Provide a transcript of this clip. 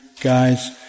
guys